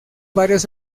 varios